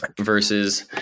versus